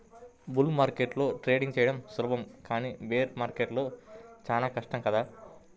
bull మార్కెట్లో trading చెయ్యడం సులభం కానీ బేర్ మార్కెట్లో మాత్రం చానా కష్టం కదా